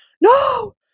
no